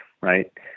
right